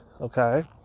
Okay